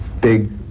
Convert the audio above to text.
big